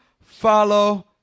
follow